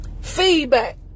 Feedback